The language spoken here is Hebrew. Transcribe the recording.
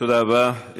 תודה רבה.